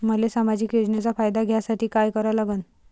मले सामाजिक योजनेचा फायदा घ्यासाठी काय करा लागन?